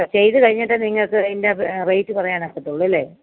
ചെയ്തു കഴിഞ്ഞിട്ടെ നിങ്ങൾക്ക് ഇതിൻ്റെ റേറ്റ് പറയാനൊക്കത്തുള്ളു അല്ലെ